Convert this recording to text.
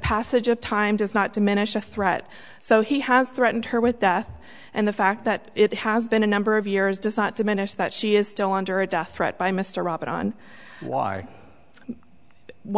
passage of time does not diminish the threat so he has threatened her with death and the fact that it has been a number of years does not diminish that she is still under a death threat by mr robert on why